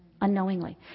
Unknowingly